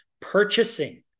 purchasing